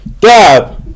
Dab